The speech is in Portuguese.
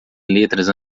letras